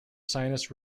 sinus